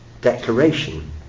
declaration